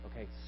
Okay